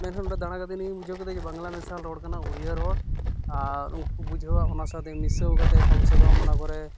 ᱢᱮᱱᱠᱷᱟᱱ ᱚᱸᱰᱮ ᱫᱟᱬᱟ ᱠᱟᱛᱮ ᱤᱧ ᱵᱩᱡᱷᱟᱹᱣ ᱠᱮᱫᱟ ᱵᱟᱝᱞᱟ ᱢᱮᱥᱟᱞ ᱨᱚᱲ ᱠᱟᱱᱟ ᱳᱰᱤᱭᱟᱹ ᱨᱚᱲ ᱟᱨ ᱩᱱᱠᱚ ᱵᱩᱡᱷᱟᱹᱣᱟ ᱚᱱᱟ ᱥᱟᱶᱛᱮ ᱢᱤᱥᱟᱹᱣ ᱠᱟᱛᱮ ᱠᱚᱢ ᱥᱮ ᱠᱚᱢ ᱚᱱᱟᱠᱚᱨᱮ